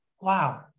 wow